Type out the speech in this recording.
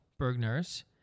bergner's